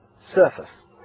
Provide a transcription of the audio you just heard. surface